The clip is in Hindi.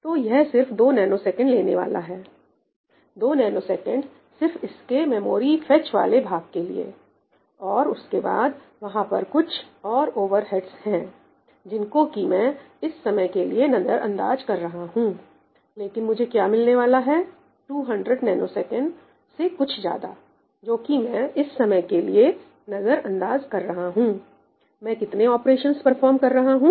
तो यह सिर्फ 2 ns लेने वाला है 2 ns सिर्फ इसके मेमोरी फेच वाले भाग के लिए और उसके बाद वहां पर कुछ और ओवरहेड्स है जिनको कि मैं इस समय के लिए नजरअंदाज कर रहा हूं लेकिन मुझे क्या मिलने वाला है 200 ns से कुछ ज्यादा जो कि मैं इस समय के लिए नजरअंदाज कर रहा हूंमैं कितने ऑपरेशंस परफॉर्म कर रहा हूं